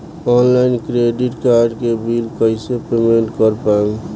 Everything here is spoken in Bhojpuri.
ऑनलाइन क्रेडिट कार्ड के बिल कइसे पेमेंट कर पाएम?